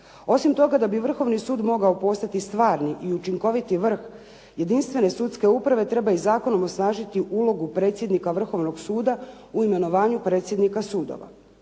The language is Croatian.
Osim toga da bi Vrhovni sud mogao postati stvarni i učinkoviti vrh, jedinstvene sudske uprave treba i zakonom osnažiti ulogu predsjednika Vrhovnog suda u imenovanju predsjednika sudova."